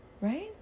Right